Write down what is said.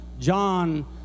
John